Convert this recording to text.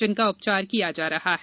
जिनका उपचार किया जा रहा है